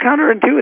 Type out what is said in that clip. counterintuitive